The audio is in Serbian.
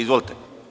Izvolite.